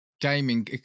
gaming